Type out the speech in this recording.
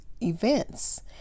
events